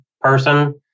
person